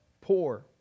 poor